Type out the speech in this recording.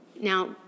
Now